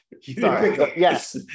Yes